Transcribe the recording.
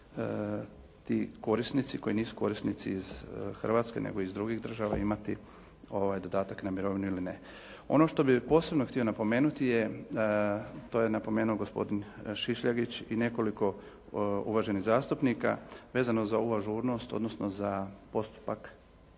ti korisnici koji nisu korisnici iz Hrvatske nego iz drugih država imati dodatak na mirovinu ili ne. Ono što bih posebno htio napomenuti je, to je napomenuo gospodin Šišljagić i nekoliko uvaženih zastupnika vezano uz ovu ažurnost, odnosno za postupak